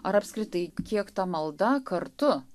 ar apskritai kiek ta malda kartu